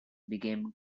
became